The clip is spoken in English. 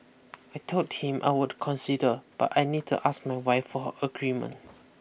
I told him I would consider but I need to ask my wife for her agreement